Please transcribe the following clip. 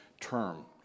term